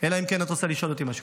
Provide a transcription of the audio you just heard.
אלא אם כן את רוצה לשאול אותי משהו.